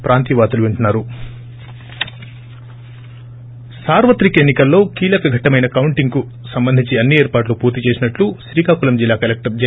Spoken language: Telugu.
బ్రేక్ సార్వత్రిక ఎన్ని కల్లో కీలక ఘట్టమైన కౌంటింగ్ కు సంబంధించి అన్ని ఏర్పాట్లు పూర్తి చేసినట్లు శ్రీకాకుళం జిల్లా కలెక్టర్ జె